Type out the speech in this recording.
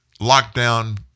lockdown